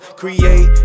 create